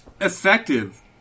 effective